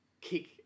kick